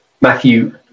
Matthew